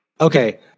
Okay